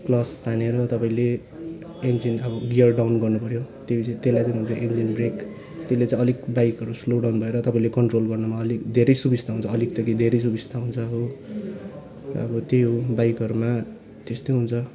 clutch तानेर तपाईँले engine अब गियर डाउन गर्नु पऱ्यो त्यो पछि त्यसलाई चाहिँ भन्छ इन्जिन ब्रेक त्यसले चाहिँ अलिक बाइकहरू स्लो डाउन भएर तपाईँले कन्ट्रोल गर्नुमा अलिक धेरै सुविस्ता हुन्छ अलिक त के धेरै सुविस्ता हुन्छ हो अब त्यही हो बाइकहरूमा त्यस्तै हुन्छ